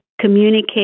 communicate